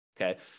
Okay